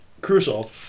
crucial